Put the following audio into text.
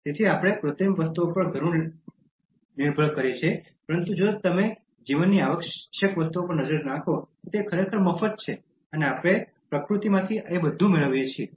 તેથી આપણે કૃત્રિમ વસ્તુઓ પર ઘણું નિર્ભર કરીએ છીએ પરંતુ જો તમે જીવનની આવશ્યક વસ્તુઓ પર નજર નાખો તો તે ખરેખર મફત છે અને આપણે પ્રકૃતિમાંથી બધું મેળવીએ છીએ